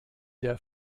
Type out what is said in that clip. der